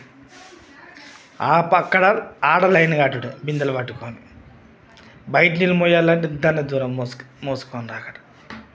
ఆ పక్కన అక్కడ లైన్ కట్టడం బిందెలు పట్టుకోని బయట నీళ్లు మోయాలంటే ఇంకా దూరం మోసు మోసుకొని రావాలి